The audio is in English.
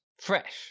fresh